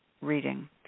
reading